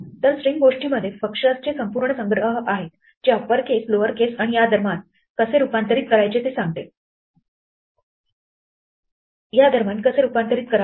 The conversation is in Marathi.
तर स्ट्रिंग गोष्टीमध्ये फंक्शन्सचे संपूर्ण संग्रह आहेत जे अप्पर केस लोअर केस आणि या दरम्यान कसे रूपांतरित करावे